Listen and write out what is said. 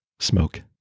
Smoke